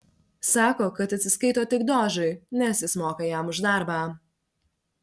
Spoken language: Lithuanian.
sako kad atsiskaito tik dožui nes jis moka jam už darbą